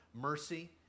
mercy